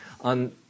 On